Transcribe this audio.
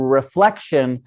reflection